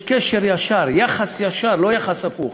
יש קשר ישר, יחס ישר, לא יחס הפוך,